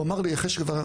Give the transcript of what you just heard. הוא אמר לי אחרי שכבר,